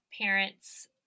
parents